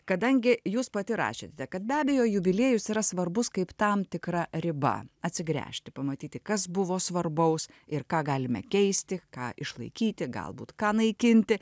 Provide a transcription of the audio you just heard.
kadangi jūs pati rašėte kad be abejo jubiliejus yra svarbus kaip tam tikra riba atsigręžti pamatyti kas buvo svarbaus ir ką galime keisti ką išlaikyti galbūt ką naikinti